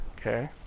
Okay